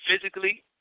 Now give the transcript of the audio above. Physically